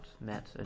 met